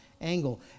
angle